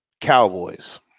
Cowboys